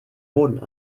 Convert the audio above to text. boden